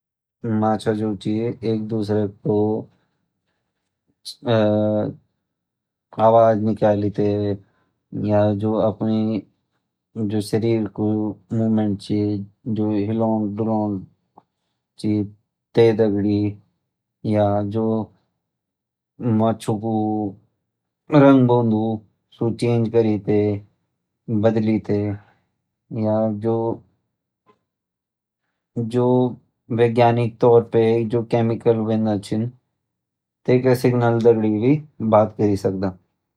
मचा जो छ आवाज़ निकाल के या जो अपनी शरीर कु एक दूसरा बीतीं रगड़ी ते कलर बदल के